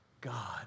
God